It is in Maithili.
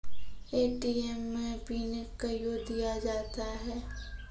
ए.टी.एम मे पिन कयो दिया जाता हैं?